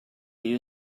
you